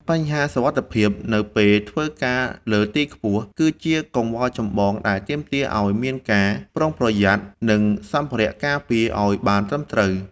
បញ្ហាសុវត្ថិភាពនៅពេលធ្វើការលើទីខ្ពស់ គឺជាកង្វល់ចម្បងដែលទាមទារឱ្យមានការប្រុងប្រយ័ត្ន និងសម្ភារៈការពារឱ្យបានត្រឹមត្រូវ។